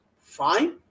fine